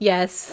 Yes